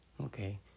okay